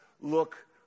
look